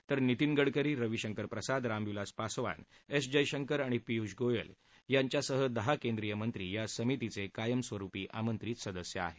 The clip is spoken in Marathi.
तर नितीन गडकरी रवीशंकर प्रसाद रामविलास पासवान एस जयशंकर आणि पियूष गोयल यांच्यासह दहा केंद्रीय मंत्री या समितीचे कायमस्वरुपी आमंत्रित सदस्य आहेत